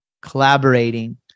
collaborating